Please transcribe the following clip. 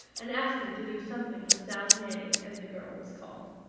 and ask him to do something for sal's nanny, as the girl was called.